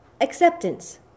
acceptance